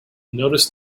noticed